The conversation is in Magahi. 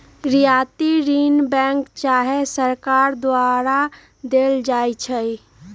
रियायती ऋण बैंक चाहे सरकार द्वारा देल जाइ छइ